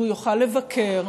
והוא יוכל לבקר,